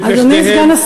את נכדיהם,